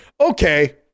Okay